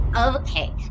Okay